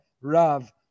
Rav